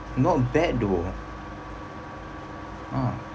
not bad though ah